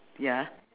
ya